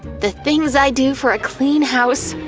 the things i do for a clean house!